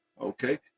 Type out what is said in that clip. Okay